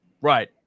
right